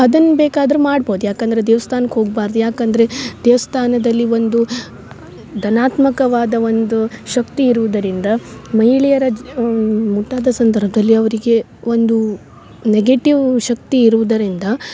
ಅದನ್ನ ಬೇಕಾದ್ರೆ ಮಾಡ್ಬೌದು ಯಾಕೆಂದ್ರೆ ದೇವ್ಸ್ಥಾನ್ಕೆ ಹೋಗ್ಬಾರ್ದು ಯಾಕೆಂದರೆ ದೇವ್ಸ್ಥಾನದಲ್ಲಿ ಒಂದು ಧನಾತ್ಮಕವಾದ ಒಂದು ಶಕ್ತಿ ಇರುವುದರಿಂದ ಮಹಿಳೆಯರ ಜ್ ಮುಟ್ಟಾದ ಸಂದರ್ಭ್ದಲ್ಲಿ ಅವರಿಗೆ ಒಂದು ನೆಗೆಟಿವ್ ಶಕ್ತಿ ಇರುವುದರಿಂದ